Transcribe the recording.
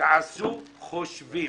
תעשו חושבים,